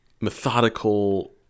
methodical